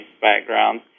background